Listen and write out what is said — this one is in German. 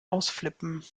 ausflippen